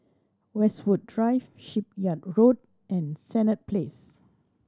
Westwood Drive Shipyard Road and Senett Place